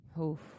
Oof